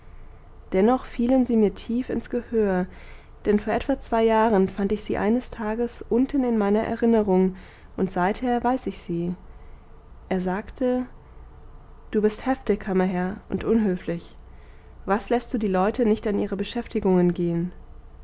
dennoch fielen sie mir tief ins gehör denn vor etwa zwei jahren fand ich sie eines tages unten in meiner erinnerung und seither weiß ich sie er sagte du bist heftig kammerherr und unhöflich was läßt du die leute nicht an ihre beschäftigungen gehn